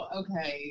okay